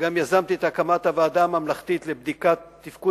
וגם יזמתי את הקמת הוועדה הממלכתית לבדיקת תפקוד